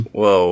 whoa